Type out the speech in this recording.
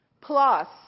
plus